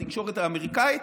בתקשורת האמריקנית,